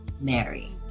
Mary